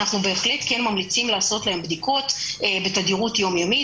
אנחנו כן ממליצים לעשות להם בדיקות בתדירות יום-יומית,